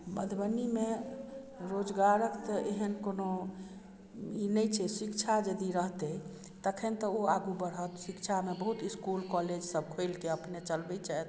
मधुबनीमे रोजगारक तऽ एहन कोनो ई नहि छै शिक्षा यदि रहतइ तखन तऽ ओ आगू बढ़त शिक्षामे बहुत इसकुल कॉलेज सब खोलिके अपने चलबय छथि